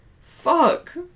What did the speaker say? Fuck